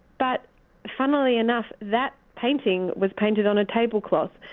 but funnily enough, that painting was painted on a tablecloth.